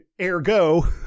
ergo